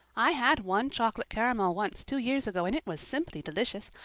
i had one chocolate caramel once two years ago and it was simply delicious.